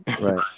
Right